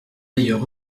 d’ailleurs